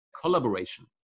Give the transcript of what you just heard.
collaboration